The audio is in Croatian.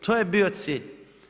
To je bio cilj.